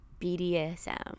BDSM